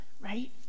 right